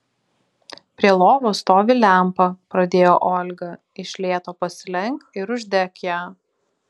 prie lovos stovi lempa pradėjo olga iš lėto pasilenk ir uždek ją